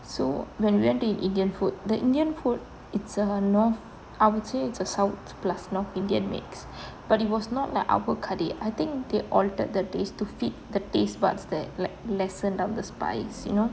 so when we went to eat the indian food the indian food it's a north I would say it's a south plus north indian mix but it was not the our curry I think the altered the taste to feed the taste buds that like lesson down the spice you know